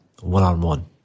one-on-one